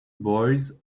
boys